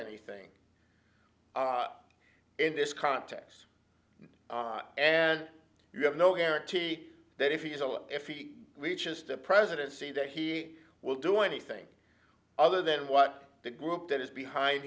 anything in this context and you have no guarantee that if he is alive if he reaches the presidency that he will do anything other than what the group that is behind